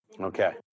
Okay